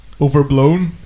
overblown